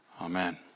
Amen